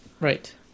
Right